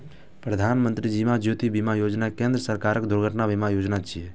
प्रधानमत्री जीवन ज्योति बीमा योजना केंद्र सरकारक दुर्घटना बीमा योजना छियै